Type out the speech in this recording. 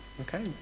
Okay